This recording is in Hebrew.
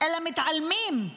אלא מתעלמים.